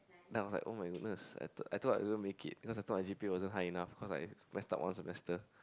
then I was like oh my goodness I thought I thought I won't make it cause I thought that my G_P_A wasn't high enough cause I mess up one semester